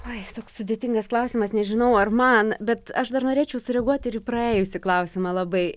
oi toks sudėtingas klausimas nežinau ar man bet aš dar norėčiau sureaguoti ir praėjusį klausimą labai